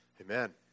Amen